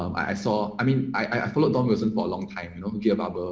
um i saw i mean, i i followed on wasn't for a long time. don't give up.